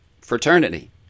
fraternity